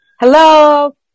Hello